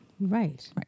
Right